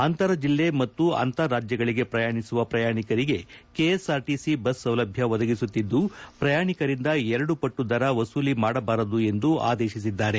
ಅಂತರ್ಜಿಲ್ಲೆ ಮತ್ತು ಅಂತಾರಾಜ್ಬಗಳಿಗೆ ಪ್ರಯಾಣಿಸುವ ಪ್ರಯಾಣಿಕರಿಗೆ ಕೆಎಸ್ಆರ್ಟಿಸಿ ಬಸ್ ಸೌಲಭ್ಣ ಒದಗಿಸುತ್ತಿದ್ದು ಪ್ರಯಾಣಿಕರಿಂದ ಎರಡು ಪಟ್ಟು ದರ ವಸೂಲಿ ಮಾಡಬಾರದು ಎಂದು ಆದೇಶಿಸಿದ್ದಾರೆ